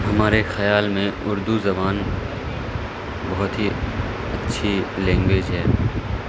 ہمارے خیال میں اردو زبان بہت ہی اچھی لینگویج ہے